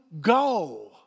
go